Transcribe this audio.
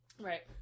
Right